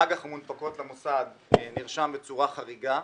האג"ח המונפקות למוסד נרשמות בצורה חריגה.